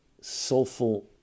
soulful